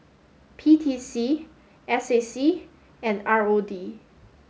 P T C S A C and R O D